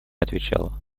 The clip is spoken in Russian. отвечала